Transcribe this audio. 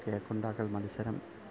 cake ഉണ്ടാക്കൽ മത്സരം